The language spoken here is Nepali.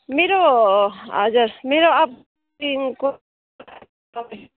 मेरो हजुर मेरो अप